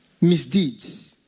misdeeds